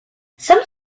some